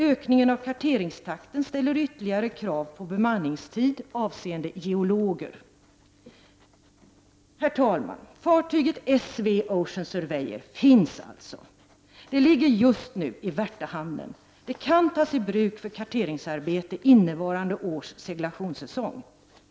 Ökningen av karteringstakten ställer ytterligare krav på bemanningstid avseende geologer. Herr talman! Fartyget S/V Ocean Surveyor finns alltså. Det ligger just nu i Värtahamnen. Det kan tas i bruk för karteringsarbete innevarande års seglationssäsong.